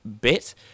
bit